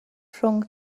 rhwng